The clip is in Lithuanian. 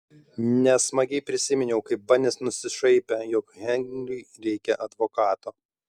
nesmagiai prisiminiau kaip banis nusišaipė jog henriui reikią advokato